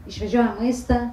išvežioja maistą